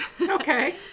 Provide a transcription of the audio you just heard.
Okay